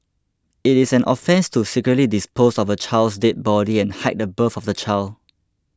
it is an offence to secretly dispose of a child's dead body and hide the birth of the child